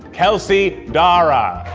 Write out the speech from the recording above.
kelsey darragh.